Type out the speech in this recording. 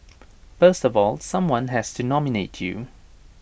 first of all someone has to nominate you